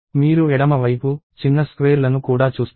మీరు ఎడమ వైపు చిన్న స్క్వేర్ లను కూడా చూస్తారు